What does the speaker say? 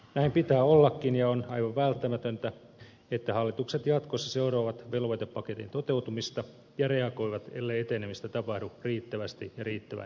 näin pitää ollakin ja on aivan välttämätöntä että hallitukset jatkossa seuraavat vel voitepaketin toteutumista ja reagoivat ellei etenemistä tapahdu riittävästi ja riittävän nopeasti